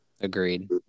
Agreed